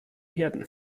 werden